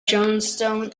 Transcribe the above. johnstone